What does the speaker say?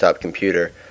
computer